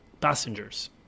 Passengers